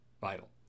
vital